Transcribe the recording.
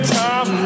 time